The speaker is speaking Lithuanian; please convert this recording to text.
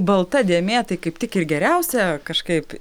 balta dėmė tai kaip tik ir geriausia kažkaip